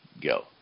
go